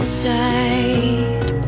side